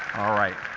alright.